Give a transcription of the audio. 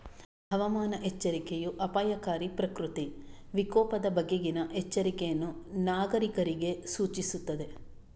ಹವಾಮಾನ ಎಚ್ಚರಿಕೆಯೂ ಅಪಾಯಕಾರಿ ಪ್ರಕೃತಿ ವಿಕೋಪದ ಬಗೆಗಿನ ಎಚ್ಚರಿಕೆಯನ್ನು ನಾಗರೀಕರಿಗೆ ಸೂಚಿಸುತ್ತದೆ